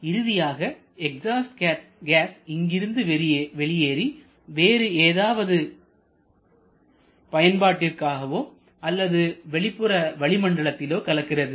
இறுதியாக exhaust gas இங்கிருந்து வெளியேறி வேறு ஏதாவது பயன்பாட்டிற்காகவோ அல்லது வெளிப்புற வளிமண்டலத்திலோ கலக்கிறது